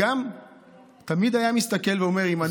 וגם תמיד היה מסתכל ואומר: אם אני,